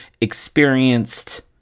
experienced